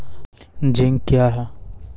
Zinc क्या हैं?